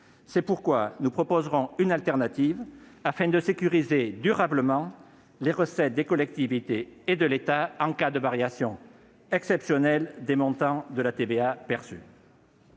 pas au-delà. Nous proposerons donc une autre solution afin de sécuriser durablement les recettes des collectivités et de l'État en cas de variation exceptionnelle des montants de la TVA perçue.